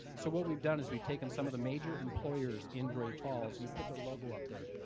so what we've done is we've taken some of the major employers in great falls and we put their logo up there.